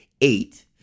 eight